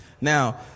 now